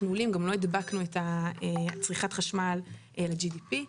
גם לא הדבקנו את צריכת החשמל ל-GDP.